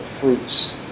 fruits